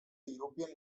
european